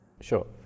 Sure